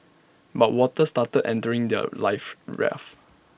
but water started entering their life rafts